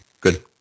Good